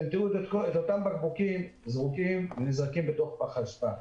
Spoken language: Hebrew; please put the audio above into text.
אתם תראו את אותם בקבוקים זרוקים בפח אשפה.